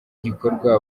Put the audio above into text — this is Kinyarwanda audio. gikorwa